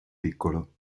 piccolo